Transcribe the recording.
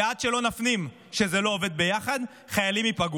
עד שלא נפנים שזה לא עובד ביחד, חיילים ייפגעו.